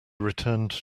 returned